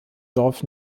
dorf